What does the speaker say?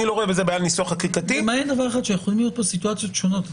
יכולות להיות פה סיטואציות שונות.